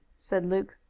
said luke.